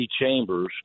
chambers